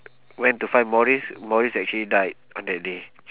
went to find morrie morrie actually died on that day